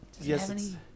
Yes